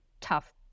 tough